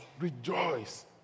Rejoice